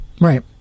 Right